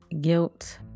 guilt